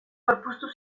gorpuztu